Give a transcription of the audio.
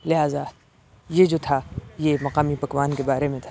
لہٰذا یہ جو تھا یہ مقامی پکوان کے بارے میں تھا